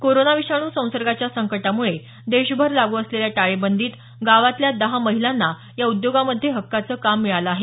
corona विषाणू संसर्गाच्या संकटामुळे देशभर लागू असलेल्या टाळेबंदीत गावातल्या दहा महिलांना या उद्योगामध्ये हक्काचं काम मिळालं आहे